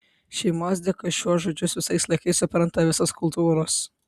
šeimos dėka šiuo žodžius visais laikais supranta visos kultūros